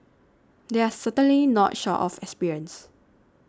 they are certainly not short of experience